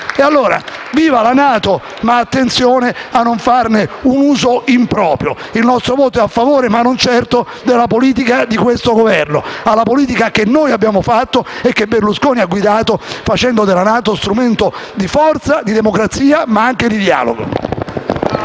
la NATO, allora, ma attenzione a non farne un uso improprio. Il nostro voto è a favore, ma non certo della politica di questo Governo, bensì della politica che noi abbiamo fatto e che Berlusconi ha guidato, facendo della NATO strumento di forza, di democrazia ma anche di dialogo.